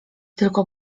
tylko